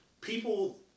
People